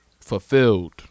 fulfilled